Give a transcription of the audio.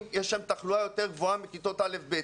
תחלואה יותר גבוהה מאשר בכיתות א'-ב'.